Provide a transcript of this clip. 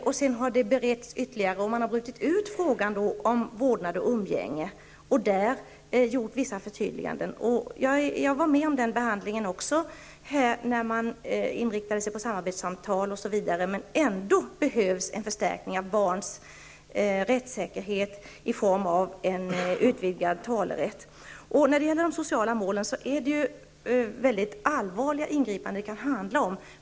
Och sedan har detta beretts ytterligare, och man har brutit ut frågan om vårdnad och umgänge och där gjort vissa förtydliganden. Jag var med om denna behandling också, då man inriktade sig på samarbetssamtal osv., men ändå behövs det en förstärkning av barns rättssäkerhet i form av en utvidgad talerätt. När det gäller de sociala målen kan det handla om mycket allvarliga ingripanden.